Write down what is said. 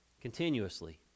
continuously